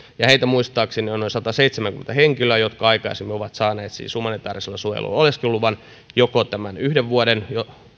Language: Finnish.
ja heitä muistaakseni oli noin sataseitsemänkymmentä henkilöä jotka aikaisemmin ovat saaneet siis humanitäärisellä suojelulla oleskeluluvan joko yhden vuoden